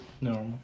normal